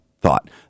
thought